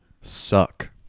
Suck